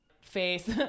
face